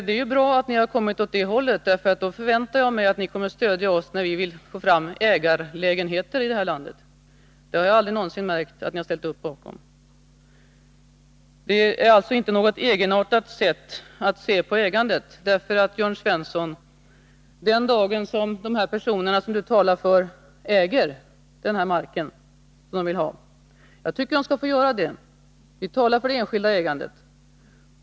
Det är bra att ni har kommit åt det hållet, för då förväntar jag mig att ni kommer att stödja oss när vi vill få fram ägarlägenheter i det här landet. Det har jag aldrig någonsin märkt att ni har ställt upp bakom. Det är alltså inte fråga om något egenartat sätt att se på ägandet. Den dag då de personer som Jörn Svensson talar för äger den mark de vill ha tycker jag att de skall få göra det. Vi talar för det enskilda ägandet.